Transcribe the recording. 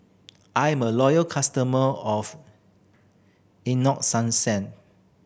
I'm a loyal customer of